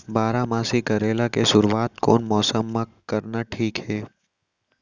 बारामासी करेला के शुरुवात कोन मौसम मा करना ठीक हे?